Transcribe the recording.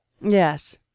Yes